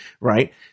Right